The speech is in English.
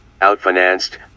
out-financed